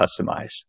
customize